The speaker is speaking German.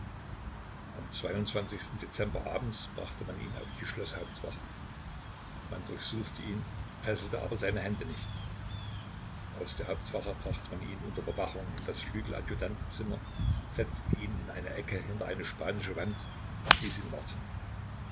am dezember abends brachte man ihn auf die schloßhauptwache man durchsuchte ihn fesselte aber seine hände nicht aus der hauptwache brachte man ihn unter bewachung in das flügeladjutantenzimmer setzte ihn in eine ecke hinter eine spanische wand und ließ ihn warten